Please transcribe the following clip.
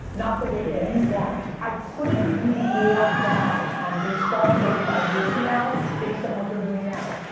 not the way yeah you want. i couldn't be more down on baseball thirty five years from now based on what they're doing now.